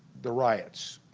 the riots